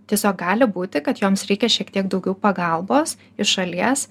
tiesiog gali būti kad joms reikia šiek tiek daugiau pagalbos iš šalies